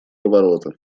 ворота